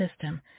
system